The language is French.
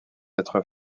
être